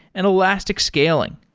and elastic scaling.